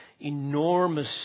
enormous